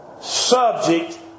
subject